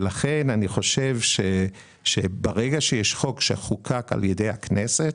לכן אני חושב שברגע שיש חוק שחוקק על ידי הכנסת,